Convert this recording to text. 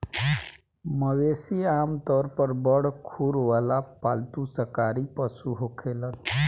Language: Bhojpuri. मवेशी आमतौर पर बड़ खुर वाला पालतू शाकाहारी पशु होलेलेन